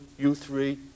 u3